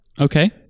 Okay